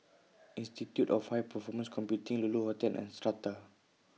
Institute of High Performance Computing Lulu Hotel and Strata